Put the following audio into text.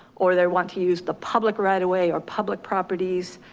or they want to use the public right away or public properties,